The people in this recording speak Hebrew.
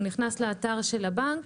הוא נכנס לאתר של הבנק,